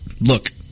look